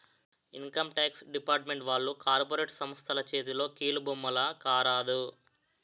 income tax department వాళ్లు corporate సంస్థల చేతిలో కీలుబొమ్మల కారాదు